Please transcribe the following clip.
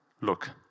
Look